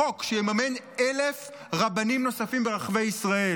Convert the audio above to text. חוק שיממן 1,000 רבנים נוספים ברחבי ישראל.